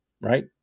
right